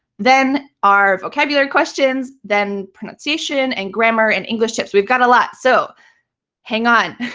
then our vocabulary questions, then pronunciation and grammar and english tips. we've got a lot, so hang on.